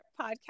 podcast